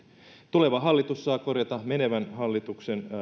tuleva hallitus saa korjata menevän hallituksen